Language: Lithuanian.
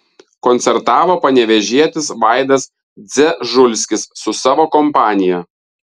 koncertavo panevėžietis vaidas dzežulskis su savo kompanija